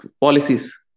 policies